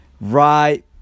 right